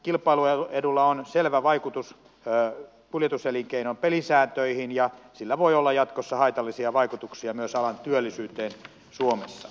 tällä kilpailuedulla on selvä vaikutus kuljetus elinkeinon pelisääntöihin ja sillä voi olla jatkossa haitallisia vaikutuksia myös alan työllisyyteen suomessa